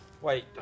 Wait